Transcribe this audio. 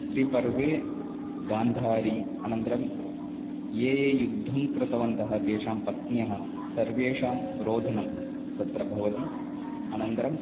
स्त्रीपर्वे गान्धारी अनन्तरं ये ये युद्धं कृतवन्तः तेषां पत्न्यः सर्वेषां रोदनं तत्र भवति अनन्तरम्